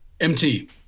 MT